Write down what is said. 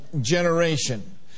generation